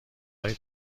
های